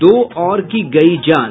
दो और की गयी जान